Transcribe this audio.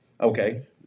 Okay